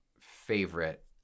favorite